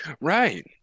Right